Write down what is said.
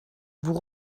vous